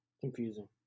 confusing